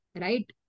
Right